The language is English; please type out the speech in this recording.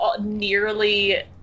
nearly